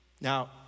Now